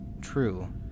true